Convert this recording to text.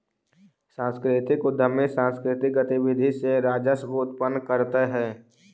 सांस्कृतिक उद्यमी सांकृतिक गतिविधि से राजस्व उत्पन्न करतअ हई